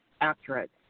accurate